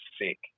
sick